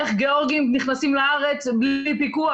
איך גיאורגים נכנסים לארץ בלי פיקוח?